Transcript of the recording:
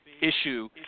issue